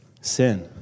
Sin